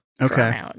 Okay